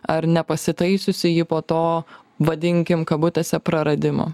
ar nepasitaisiusi ji po to vadinkim kabutėse praradimo